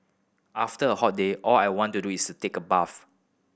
after a hot day all I want to do is take a bath